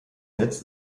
netz